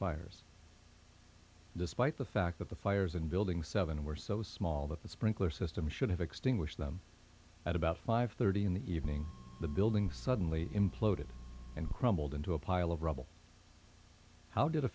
fires despite the fact that the fires in building seven were so small that the sprinkler system should have extinguished them at about five thirty in the evening the building suddenly imploded and crumbled into a pile of rubble how did a